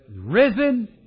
Risen